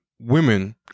women